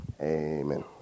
Amen